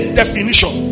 definition